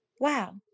wow